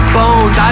bones